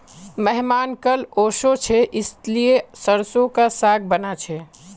मेहमान कल ओशो छे इसीलिए सरसों का साग बाना छे